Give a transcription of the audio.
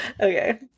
Okay